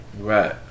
Right